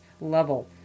level